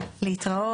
הישיבה